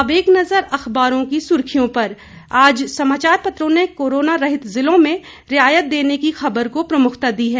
अब एक नजर अखबारों की सुर्खियों पर आज समाचार पत्रों ने कोरोना रहित जिलों में रियायत देने की खबर को प्रमुखता दी है